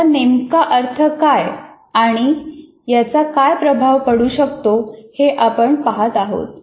याचा नेमका अर्थ काय आणि याचा काय प्रभाव पडू शकतो हे आपण पहात आहोत